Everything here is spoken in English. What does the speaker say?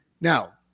now